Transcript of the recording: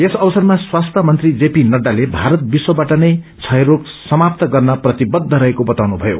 यस अवसरमा स्वास्थ्य मंत्री जेपी नहाले भारत विश्वबाट क्षयरोग समाप्त गर्न प्रतिबद्ध रहेको बताउनुथयो